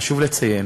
חשוב לציין